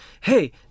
hey